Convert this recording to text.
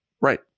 right